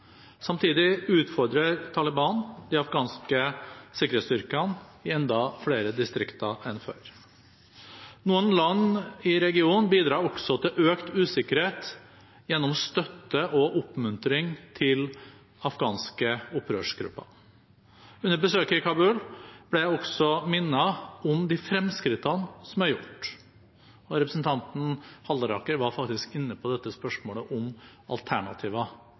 Samtidig utfordrer Taliban de afghanske sikkerhetsstyrkene i enda flere distrikter enn før. Noen land i regionen bidrar også til økt usikkerhet gjennom støtte og oppmuntring til afghanske opprørsgrupper. Under besøket i Kabul ble jeg også minnet om de fremskrittene som er gjort, og representanten Halleraker var faktisk inne på dette spørsmålet om